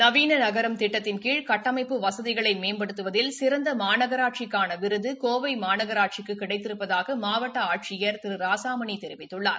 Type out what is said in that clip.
நவீன நகரம் திட்டத்தின் கீழ் கட்டமைப்பு வசதிகளை மேம்படுத்துவதில் சிறந்த மாநகராட்சிக்கான விருது கோவை மாநகராட்சிக்கு கிடைத்திருப்பதாக மாவட்ட ஆட்சியர் திரு ராசாமணி தெரிவித்துள்ளார்